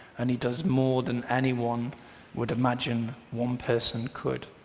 and he does more than anyone would imagine one person could.